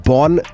Born